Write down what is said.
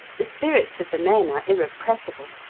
the spirits of the men are irrepressible.